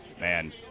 man